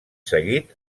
seguit